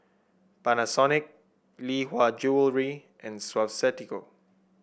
Panasonic Lee Hwa Jewellery and Suavecito